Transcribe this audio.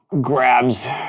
grabs